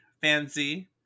Fancy